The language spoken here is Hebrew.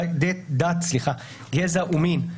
גזע ומין",